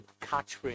catchphrase